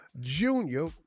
Junior